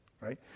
right